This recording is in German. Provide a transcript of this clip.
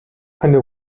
eine